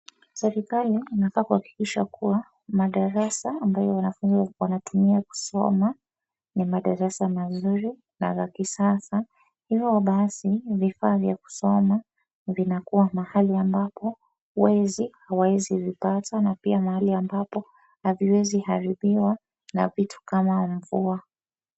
Serikali inafaa kuhakikisha kuwa madarasa ambayo wanafunzi wanatumia kusoma ni madarasa mazuri na ya kisasa hivo basi vifaa vya kusoma vinakuwa mahali ambapo wezi hawawezi vipata na pia mahali ambapo haziwezi haribiwa na vitu kama mvua.